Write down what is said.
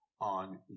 on